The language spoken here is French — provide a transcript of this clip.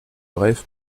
brève